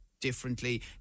differently